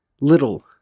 little